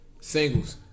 Singles